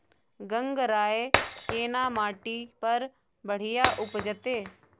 गंगराय केना माटी पर बढ़िया उपजते?